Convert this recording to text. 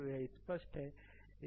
तो यह स्पष्ट है